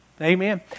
Amen